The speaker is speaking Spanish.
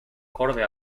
acorde